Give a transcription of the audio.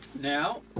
Now